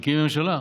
מקימים ממשלה?